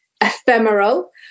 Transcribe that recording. Ephemeral